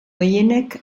gehienek